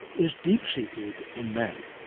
is deep-seated in men.